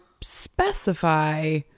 specify